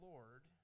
Lord